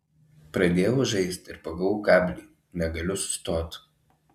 pradėjau žaist ir pagavau kablį negaliu sustot